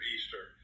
Easter